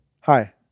hi